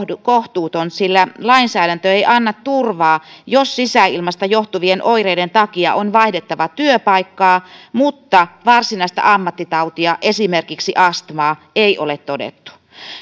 kohtuuton sillä lainsäädäntö ei anna turvaa jos sisäilmasta johtuvien oireiden takia on vaihdettava työpaikkaa mutta varsinaista ammattitautia esimerkiksi astmaa ei ole todettu